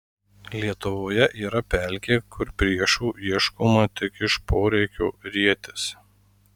lietuvoje yra pelkė kur priešų ieškoma tik iš poreikio rietis